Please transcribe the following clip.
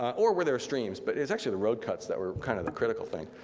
or where there are streams, but it's actually the road cuts that were kind of a critical thing.